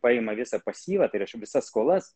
paima visą pasyvą tai reiškia visas skolas